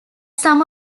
some